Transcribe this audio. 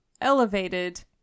elevated